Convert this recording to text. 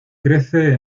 crece